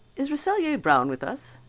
is rasselyer-brown with us?